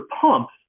pumps